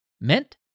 meant